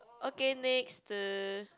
okay next er